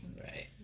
right